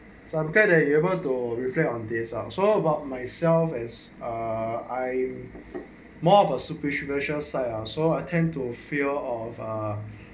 so I've got a able to reflect on this so about myself as ah I marvel sufficient virtual sale so I tend to fear of uh